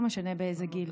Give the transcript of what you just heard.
לא משנה באיזה גיל,